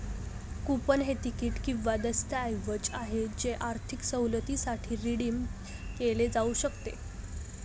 coupon हे तिकीट किंवा दस्तऐवज आहे जे आर्थिक सवलतीसाठी रिडीम केले जाऊ शकते